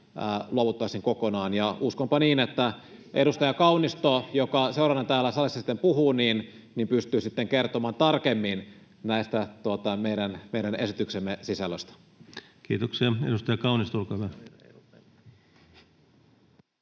Mistä 87 miljoonaa?] että edustaja Kaunisto, joka seuraavana täällä salissa puhuu, pystyy sitten kertomaan tarkemmin tästä meidän esityksemme sisällöstä. Kiitoksia. — Edustaja Kaunisto, olkaa